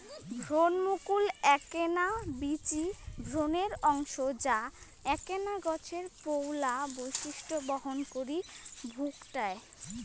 ভ্রুণমুকুল এ্যাকনা বীচি ভ্রূণের অংশ যা এ্যাকনা গছের পৈলা বৈশিষ্ট্য বহন করি ভুকটায়